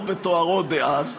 לא בתוארו אז,